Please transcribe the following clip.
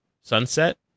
Sunset